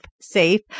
safe